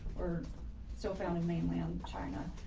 or so found in mainland china.